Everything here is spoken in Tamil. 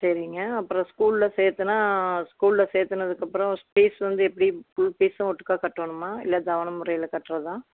சரிங்க அப்புறோம் ஸ்கூலில் சேர்த்தனா ஸ்கூலில் சேர்த்துனதுக்கப்றோம் ஃபீஸ் வந்து எப்படி ஸ்கூல் ஃபீஸும் ஒட்டுக்கா கட்டணுமா இல்லை தவணை முறையில கட்றதாக